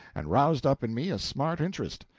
and roused up in me a smart interest.